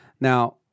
Now